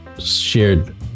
shared